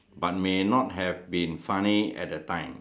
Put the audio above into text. but may not have been funny at that time